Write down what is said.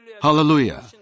Hallelujah